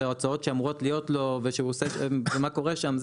ההוצאות שאמורות להיות לו ומה קורה שם?